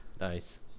nice